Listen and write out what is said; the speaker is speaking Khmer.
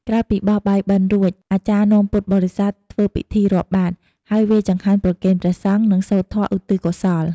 ក្រោយពីបោះបាយបិណ្ឌរួច អាចារ្យនាំពុទ្ធបរិស័ទធ្វើពិធីរាប់បាត្រ ហើយវេរចង្ហាន់ប្រគេនព្រះសង្ឃ និងសូត្រធម៌ឧទ្ទិសកុសល។